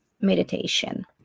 meditation